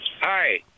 Hi